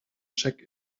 check